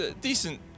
decent